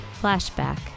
Flashback